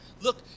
look